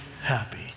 happy